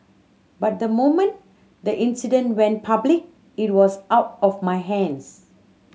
but the moment the incident went public it was out of my hands